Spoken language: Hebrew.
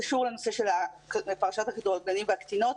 שקשור לנושא של פרשת הכדורגלנים והקטינות,